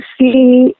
see